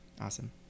awesome